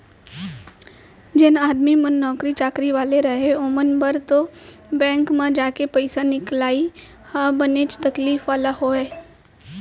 जेन आदमी मन नौकरी चाकरी वाले रहय ओमन बर तो बेंक म जाके पइसा निकलाई ह बनेच तकलीफ वाला होय